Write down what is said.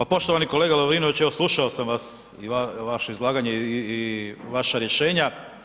Pa poštovani kolega Lovrinović, evo slušao sam vas i vaše izlaganje i vaša rješenja.